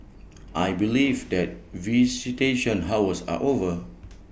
I believe that visitation hours are over